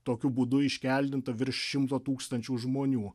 tokiu būdu iškeldinta virš šimto tūkstančių žmonių